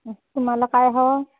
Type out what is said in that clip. तुम्हाला काय हवं